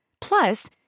Plus